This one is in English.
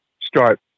start